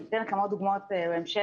אני אתן כמה דוגמאות בהמשך,